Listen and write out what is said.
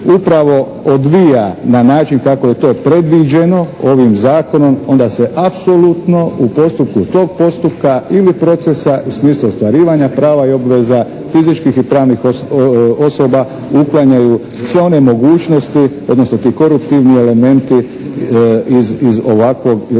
upravo odvija na način kako je to predviđeno ovim zakonom, onda se apsolutno u postupku tog postupka ili procesa u smislu ostvarivanja prava i obveza fizičkih i pravnih osoba uklanjaju sve one mogućnosti odnosno ti koruptivni elementi iz ovakvo